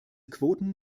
quoten